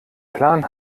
plan